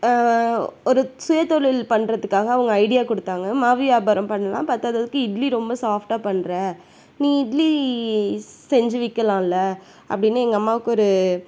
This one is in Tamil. ஒரு சுய தொழில் பண்ணுறதுக்காக அவங்க ஐடியா கொடுத்தாங்க மாவு வியாபாரம் பண்ணலாம் பத்தாததுக்கு இட்லி ரொம்ப சாஃட்டாக பண்ணுற நீ இட்லி செஞ்சு விற்கலாம்ல அப்படின்னு எங்கள் அம்மாவுக்கு ஒரு